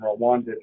Rwanda